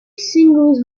singles